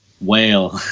whale